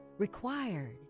Required